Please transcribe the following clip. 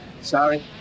Sorry